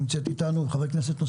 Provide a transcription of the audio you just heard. חברת הכנסת,